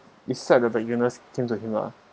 beside of the illness turn to him lah